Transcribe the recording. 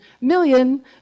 million